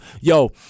yo